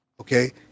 Okay